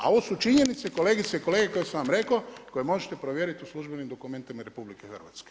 A ovo su činjenice kolegice i kolege, koje sam vam rekao, koje možete provjeriti u službenim dokumentima RH.